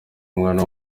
umwana